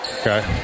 Okay